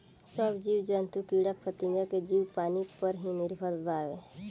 सब जीव जंतु कीड़ा फतिंगा के जीवन पानी पर ही निर्भर बावे